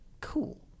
cool